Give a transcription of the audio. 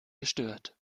gestört